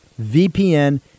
VPN